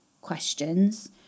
questions